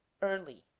early.